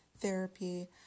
therapy